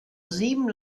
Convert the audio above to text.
sieben